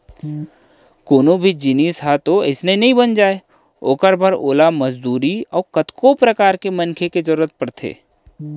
कोनो भी जिनिस ह तो अइसने नइ बन जाय ओखर बर ओला मजदूरी अउ कतको परकार के मनखे के जरुरत परथे